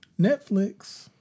Netflix